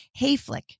Hayflick